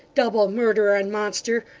double murderer and monster,